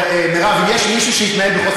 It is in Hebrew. מרב, יש מישהו שהתנהג בחוסר